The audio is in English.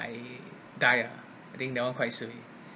I died ah I think that one quite